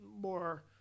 more